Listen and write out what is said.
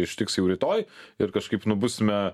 ištiks jau rytoj ir kažkaip nubusime